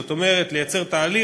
זאת אומרת, לייצר תהליך